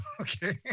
Okay